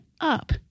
up